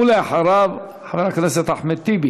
ואחריו, חבר הכנסת אחמד טיבי.